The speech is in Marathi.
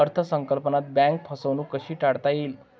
अर्थ संकल्पात बँक फसवणूक कशी टाळता येईल?